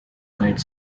kite